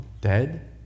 dead